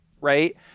right